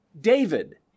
David